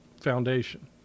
foundation